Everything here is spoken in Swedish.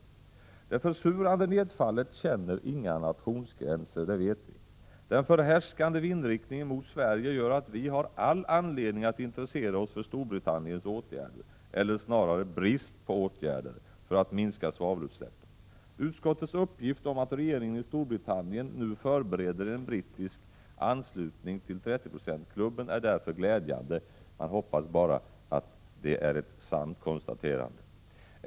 Det försurande nedfallet känner inga nationsgränser, det vet vi. Den förhärskande vindriktningen mot Sverige gör att vi har all anledning att intressera oss för Storbritanniens åtgärder, eller snarare brist på åtgärder, för att minska svavelutsläppen. Utskottets uppgift om att regeringen i Storbritannien nu förbereder en brittisk anslutning till 30-procentsklubben är därför glädjande. Jag hoppas bara att det är ett sant konstaterande.